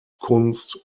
kunst